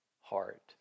heart